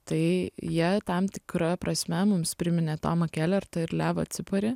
tai jie tam tikra prasme mums priminė tomą kelertą ir levą ciparį